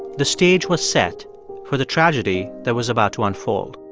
the stage was set for the tragedy that was about to unfold